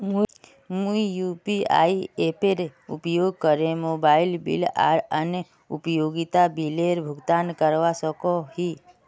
मुई यू.पी.आई एपेर उपयोग करे मोबाइल बिल आर अन्य उपयोगिता बिलेर भुगतान करवा सको ही